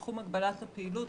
בתחום הגבלת הפעילות,